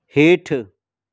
हेठि